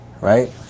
right